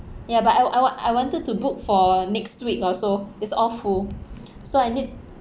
ya but I w~ I want I wanted to book for next week also is all full so I need